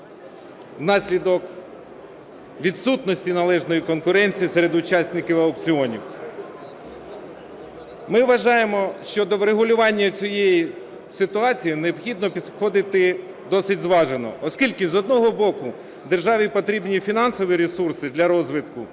внаслідок відсутності належної конкуренції серед учасників аукціонів. Ми вважаємо, що до врегулювання цієї ситуації необхідно підходити досить зважено. Оскільки, з одного боку, державі потрібні фінансові ресурси для розвитку,